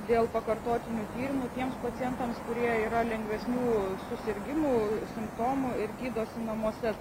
dėl pakartotinių tyrimų tiems pacientams kurie yra lengvesnių susirgimų simptomų ir gydosi namuose